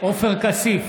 עופר כסיף,